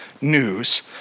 news